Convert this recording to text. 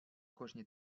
кожній